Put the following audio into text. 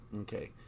okay